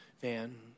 van